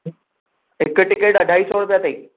हिकु टिकेट अढाई सौ रुपिया अथई